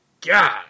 god